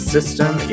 System